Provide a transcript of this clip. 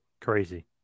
Crazy